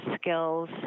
skills